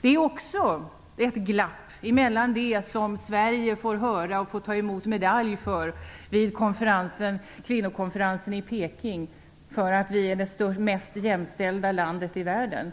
Det finns också ett glapp när det gäller det som Sverige får höra och fått ta emot medalj för vid kvinnokonferensen i Peking - att vi är det mest jämställda landet i världen.